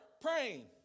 praying